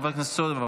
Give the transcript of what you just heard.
חבר הכנסת סובה,